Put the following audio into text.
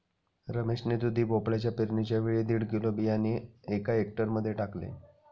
रमेश ने दुधी भोपळ्याच्या पेरणीच्या वेळी दीड किलो बियाणे एका हेक्टर मध्ये टाकले